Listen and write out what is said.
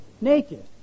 naked